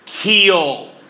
heal